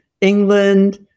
England